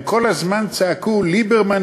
הם כל הזמן צעקו: ליברמן,